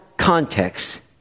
context